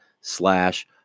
slash